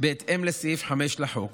בהתאם לסעיף 5 לחוק.